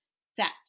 set